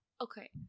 Okay